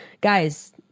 guys